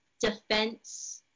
defense